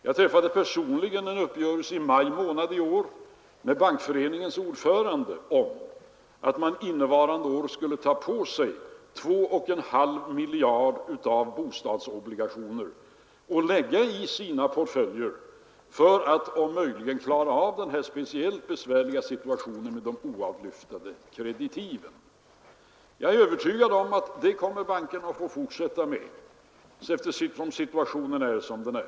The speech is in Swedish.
Jag träffade i maj månad i år personligen en uppgörelse med Bankföreningens ordförande om att man under innevarande år skulle ta på sig 2,5 miljarder i bostadsobligationer, som man skulle lägga i sina portföljer, för att vi om möjligt skulle kunna klara den här speciellt besvärliga situationen med de oavlyftade kreditiven. Jag är övertygad om att bankerna kommer att få fortsätta med detta, eftersom situationen är sådan som den är.